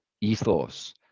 ethos